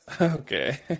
Okay